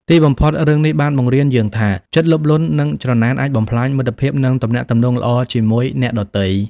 ទីបំផុត រឿងនេះបានបង្រៀនយើងថា ចិត្តលោភលន់និងច្រណែនអាចបំផ្លាញមិត្តភាពនិងទំនាក់ទំនងល្អជាមួយអ្នកដទៃ។